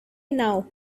now